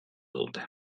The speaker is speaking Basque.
dute